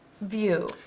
view